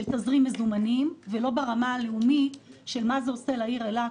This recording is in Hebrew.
תזרים מזומנים ולא ברמה הלאומית של מה זה עושה לעיר אילת,